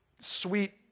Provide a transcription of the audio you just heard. sweet